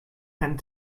and